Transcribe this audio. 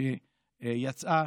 שיצאה,